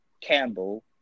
Campbell